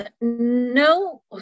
No